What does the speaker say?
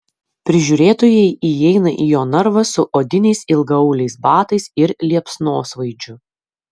prižiūrėtojai įeina į jo narvą su odiniais ilgaauliais batais ir liepsnosvaidžiu